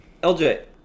LJ